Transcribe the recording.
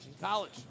college